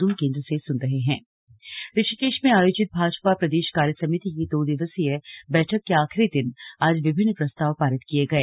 slug Bhajpa बैठक ऋशिकेष में आयोजित भाजपा प्रदेष कार्यसमिति की दो दिवसीय बैठक के आखिरी दिन आज विभिन्न प्रस्ताव पारित किए गए